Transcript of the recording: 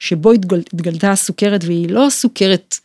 שבו התגלתה הסוכרת והיא לא הסוכרת.